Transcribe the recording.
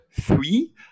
three